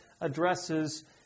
addresses